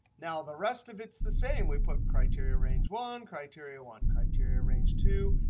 now the rest of it's the same. we put criteria range one criteria one. criteria range two,